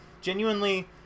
genuinely